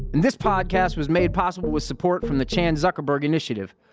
this podcast was made possible with support from the chan zuckerberg initiative,